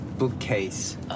Bookcase